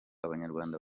abanyarwanda